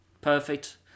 perfect